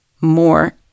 more